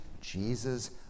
Jesus